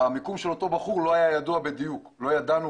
של אותו בחור והיכן הוא גר לא היה ידועים לנו בדיוק,